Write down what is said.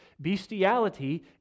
bestiality